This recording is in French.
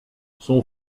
son